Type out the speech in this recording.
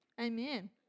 Amen